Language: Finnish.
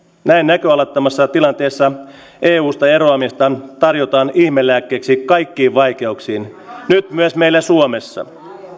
näin näköalattomassa tilanteessa eusta eroamista tarjotaan ihmelääkkeeksi kaikkiin vaikeuksiin nyt myös meillä suomessa